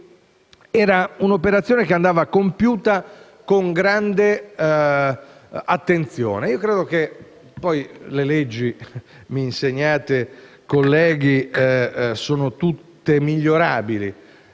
un'operazione che andava compiuta con grande attenzione; credo inoltre che le leggi - me lo insegnate, colleghi - sono tutte migliorabili,